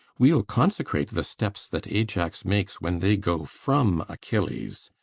we'll consecrate the steps that ajax makes when they go from achilles.